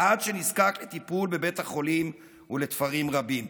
עד שנזקק לטיפול בבית החולים ולתפרים רבים.